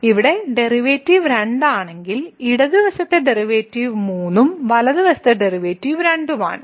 ഇവിടെ ഡെറിവേറ്റീവ് 2 ആണെങ്കിൽ ഇടത് വശത്തെ ഡെറിവേറ്റീവ് 3 ഉം വലതുവശത്തെ ഡെറിവേറ്റീവ് 2 ഉം ആണ്